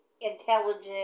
intelligent